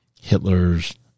Hitler's